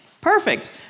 Perfect